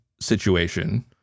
situation